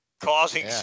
causing